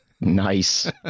Nice